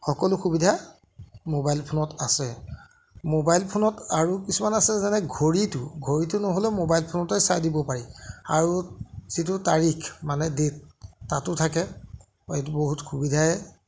সকলো সুবিধা ম'বাইল ফোনত আছে ম'বাইল ফোনত আৰু কিছুমান আছে যেনে ঘড়ীটো ঘড়ীটো নহ'লে ম'বাইল ফোনতে চাই দিব পাৰি আৰু যিটো তাৰিখ মানে ডে'ট তাতো থাকে এইটো বহুত সুবিধাই